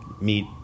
meet